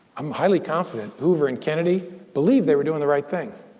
i'm highly confident hoover and kennedy believed they were doing the right thing,